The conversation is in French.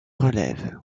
relève